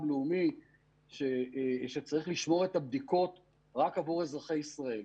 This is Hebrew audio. לאומי ושצריך לשמור את הבדיקות רק עבור אזרחי ישראל.